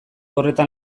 horretan